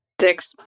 Six